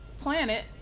planet